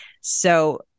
So-